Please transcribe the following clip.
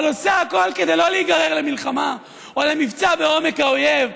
אבל עושה הכול כדי לא להיגרר למלחמה או למבצע בעומק האויב,